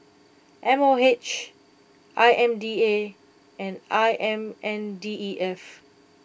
M O H I M D A and I M N D E F